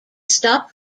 stopped